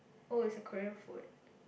oh is a Korean food